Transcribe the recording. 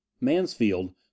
Mansfield